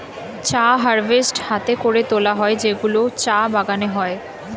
চা হারভেস্ট হাতে করে তোলা হয় যেগুলো চা বাগানে হয়